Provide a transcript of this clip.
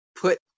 put